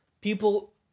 people